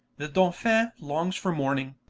the dolphin longs for morning